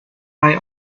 eye